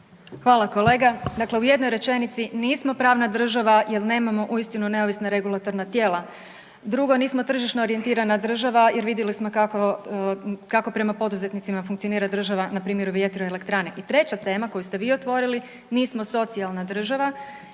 Hvala kolega. … nismo pravna država jel nemamo uistinu neovisna regulatorna tijela, drugo nismo tržišno orijentirana država jel vidjeli smo kako prema poduzetnicima funkcionira država npr. u vjetroelektrane. I treća tema koju ste vi otvorili, nismo socijalna država